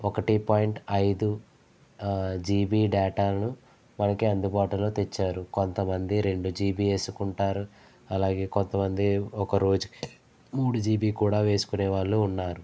ఒకటి పాయింట్ ఐదు జీబీ డేటాను మనకు అందుబాటులో తెచ్చారు కొంతమంది రెండు జీబీ వేసుకుంటారు అలాగే కొంతమంది ఒక రోజుకు మూడు జీబీ కూడా వేసుకునే వాళ్ళు ఉన్నారు